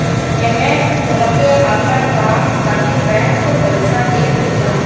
एमे तोहके अपन काम खातिर बैंक पईसा देत बिया